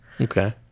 Okay